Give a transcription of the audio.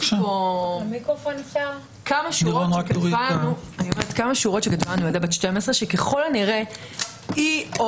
יש לי פה כמה שורות שכתבה לנו ילדה בת 12 שככל הנראה היא או